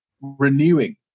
renewing